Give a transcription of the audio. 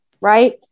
right